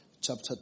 Chapter